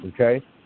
okay